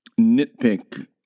nitpick